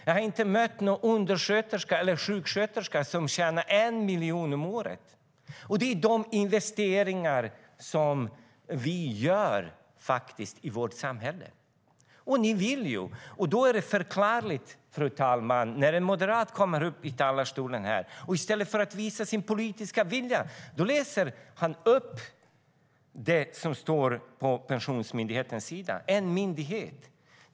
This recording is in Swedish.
Jag har inte mött någon undersköterska eller sjuksköterska som tjänar 1 miljon om året. Det är de investeringar som vi gör i vårt samhälle. Då är det förklarligt, fru talman, att en moderat kommer upp i talarstolen och - i stället för att visa sin politiska vilja - läser upp vad som står på Pensionsmyndighetens webbsida. Det är en myndighet!